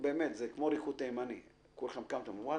כמו ריקוד תימני כולכם אומרים: "וואלה,